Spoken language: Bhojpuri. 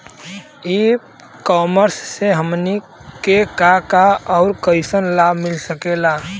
ई कॉमर्स से हमनी के का का अउर कइसन लाभ मिल सकेला?